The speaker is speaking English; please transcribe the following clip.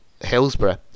Hillsborough